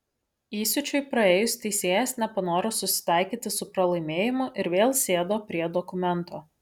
įsiūčiui praėjus teisėjas nepanoro susitaikyti su pralaimėjimu ir vėl sėdo prie dokumento